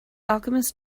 alchemist